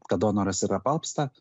kad donoras ir apalpsta